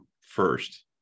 first